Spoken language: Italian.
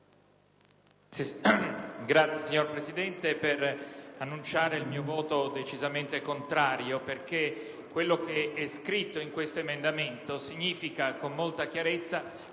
*(PD)*. Signor Presidente, annuncio il mio voto decisamente contrario, perché quello che è scritto in questo emendamento significa, con molta chiarezza,